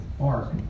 ark